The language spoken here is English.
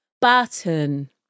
Button